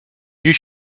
you